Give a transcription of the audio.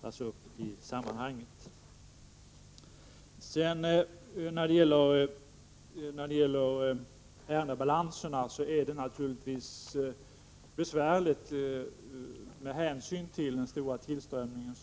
tas upp i detta sammanhang. Ärendebalanserna är naturligtvis besvärande stora, med hänsyn till den stora tillströmningen.